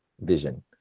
vision